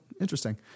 interesting